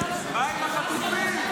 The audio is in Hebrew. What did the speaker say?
מה עם החטופים?